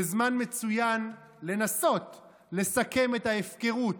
זה זמן מצוין לנסות לסכם את ההפקרות,